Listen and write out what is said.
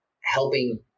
helping